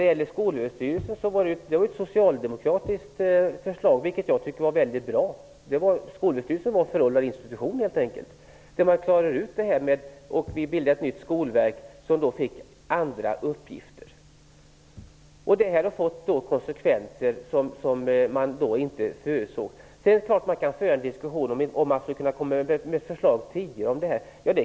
Avskaffandet av Skolöverstyrelsen var ett socialdemokratiskt förslag, som jag tycker var mycket bra. Skolöverstyrelsen var helt enkelt en föråldrad institution. Förslaget genomfördes, och man inrättade ett nytt skolverk, som fick andra uppgifter. Men detta fick konsekvenser som man då inte förutsåg. Man kan naturligtvis föra en diskussion huruvida ett förslag skulle ha kunnat komma tidigare på denna punkt.